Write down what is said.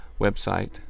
website